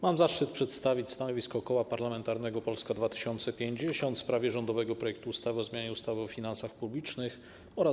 Mam zaszczyt przedstawić stanowisko Koła Parlamentarnego Polska 2050 w sprawie rządowego projektu ustawy o zmianie ustawy o finansach publicznych oraz